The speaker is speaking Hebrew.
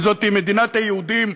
כי זאת מדינת היהודים,